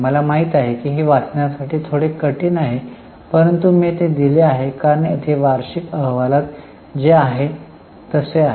मला माहिती आहे की हे वाचण्यासाठी थोडे कठीण आहे परंतु मी ते दिले आहे कारण येथे वार्षिक अहवालात जे आहे तसे आहे